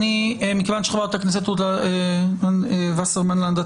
מכיוון שחברת הכנסת רות וסרמן לנדה